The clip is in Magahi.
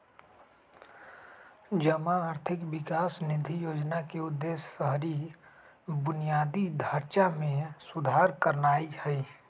जमा आर्थिक विकास निधि जोजना के उद्देश्य शहरी बुनियादी ढचा में सुधार करनाइ हइ